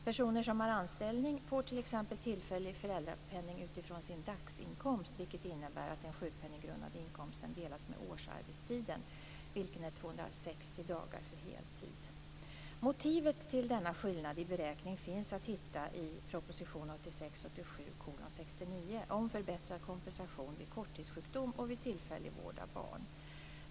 Personer som har anställning får t.ex. tillfällig föräldrapenning utifrån sin dagsinkomst, vilket innebär att den sjukpenninggrundande inkomsten delas med årsarbetstiden, vilken är 260 dagar för heltid. Motivet till denna skillnad i beräkning finns att hitta i proposition 1986/87:69 om förbättrad kompensation vid korttidssjukdom och vid tillfällig vård av barn.